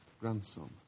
grandson